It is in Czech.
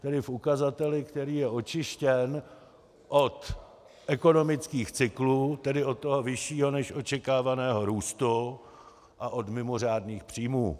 Tedy v ukazateli, který je očištěn od ekonomických cyklů, tedy od toho vyššího než očekávaného růstu, a od mimořádných příjmů.